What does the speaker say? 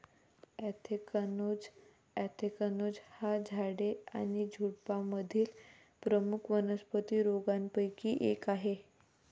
anthracnose anthracnose हा झाडे आणि झुडुपांमधील प्रमुख वनस्पती रोगांपैकी एक आहे